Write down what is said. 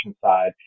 side